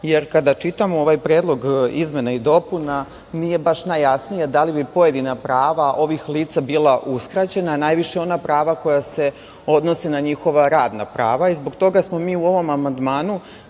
jer kada čitamo ovaj predlog izmena i dopuna nije baš najjasnije da li bi pojedina prava ovih lica bila uskraćena, a najviše ona prava koja se odnose na njihova radna prava i zbog toga smo mi u ovom amandmanu